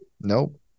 Nope